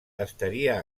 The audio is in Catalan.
estaria